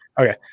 Okay